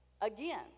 again